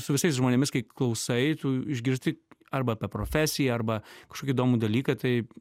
su visais žmonėmis kai klausai tu išgirsti arba tą profesiją arba kažkokį įdomų dalyką tai